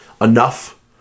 enough